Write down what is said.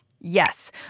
Yes